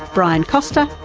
brian costar,